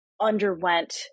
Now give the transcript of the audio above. underwent